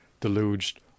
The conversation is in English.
Deluged